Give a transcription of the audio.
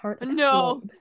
No